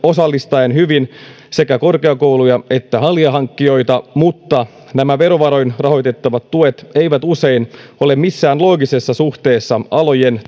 osallistaen hyvin sekä korkeakouluja että alihankkijoita mutta nämä verovaroin rahoitettavat tuet eivät usein ole missään loogisessa suhteessa alojen